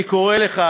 אני קורא לך,